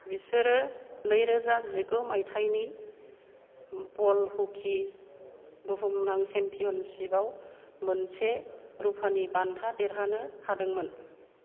बिसोरो नैरोजा जिगु मायथायनि बल हकी बुहुमनां चेम्पियनशिपआव मोनसे रुपानि बान्था देरहानो हादोंमोन